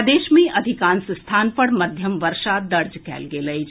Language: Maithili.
प्रदेश मे अधिकांश स्थान पर मध्यम वर्षा दज कयल गेल अछि